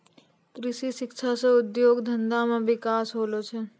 कृषि शिक्षा से उद्योग धंधा मे बिकास होलो छै